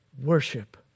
worship